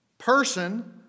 person